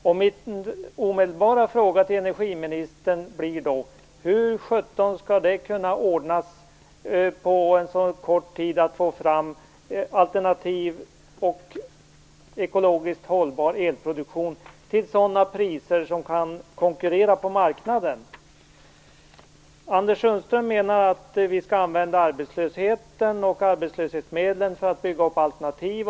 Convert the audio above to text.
Min omedelbara fråga till energiministern blir: Hur skall det kunna ordnas att på en så kort få fram alternativ och ekologiskt hållbar elproduktion till sådana priser som kan konkurrera på marknaden? Anders Sundström menar att vi skall använda arbetslöshetsmedlen för att bygga upp alternativ.